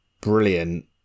brilliant